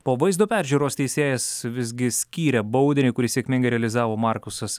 po vaizdo peržiūros teisėjas visgi skyrė baudinį kurį sėkmingai realizavo markus